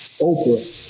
Oprah